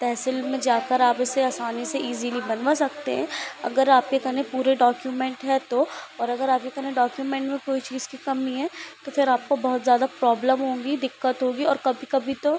तहसील में जाकर आप इसे आसानी से ईज़िली बनवा सकते हें अगर आपके कने पूरे डॉक्यूमेंट है तो और अगर आपके कने डॉक्यूमेंट में कोई चीज़ की कमी है तो फ़िर आपको बहुत ज़्यादा प्रॉब्लम होंगी दिक्कत होगी और कभी कभी तो